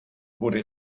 wurde